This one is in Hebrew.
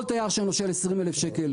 כל תייר שנושר 20,000 שקלים.